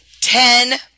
Ten